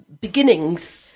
beginnings